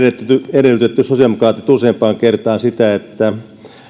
edellyttäneet useampaan kertaan sitä että